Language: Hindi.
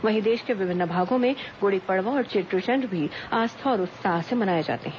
वहीं देश के विभिन्न भागों में गुड़ी पड़वा और चेट्रीचंड भी आस्था और उल्लास से मनाए जा रहे हैं